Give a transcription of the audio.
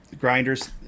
Grinders